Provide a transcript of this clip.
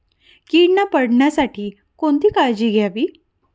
कीड न पडण्यासाठी कोणती काळजी घ्यावी?